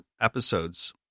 episodes